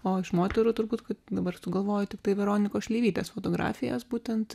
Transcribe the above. o iš moterų turbūt kad dabar sugalvoju tiktai veronikos šleivytės fotografijas būtent